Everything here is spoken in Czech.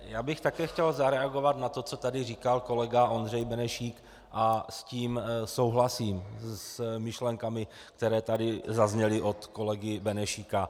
Já bych také chtěl zareagovat na to, co tady říkal kolega Ondřej Benešík, a s tím souhlasím, s myšlenkami, které tady zazněly od kolegy Benešíka.